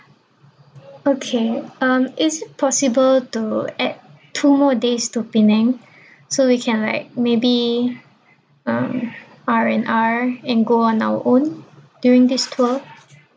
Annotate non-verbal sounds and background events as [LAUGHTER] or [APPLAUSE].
okay um is it possible to add two more days to penang [BREATH] so we can like maybe um R and R and go on our own during this tour